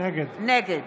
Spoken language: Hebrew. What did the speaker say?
נגד חיים כץ, נגד